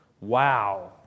Wow